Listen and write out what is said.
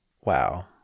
Wow